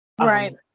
right